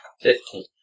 Fifteen